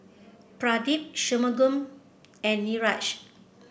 Pradip Shunmugam and Niraj